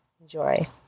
Enjoy